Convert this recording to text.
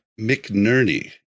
McNerney